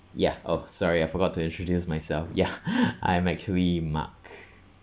ya oh sorry I forgot to introduce myself ya I am actually mark